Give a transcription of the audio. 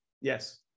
yes